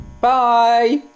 Bye